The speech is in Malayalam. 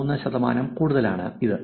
13 ശതമാനം കൂടുതൽ ആണ് ഇത്